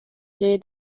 جای